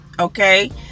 okay